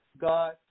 God